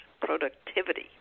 productivity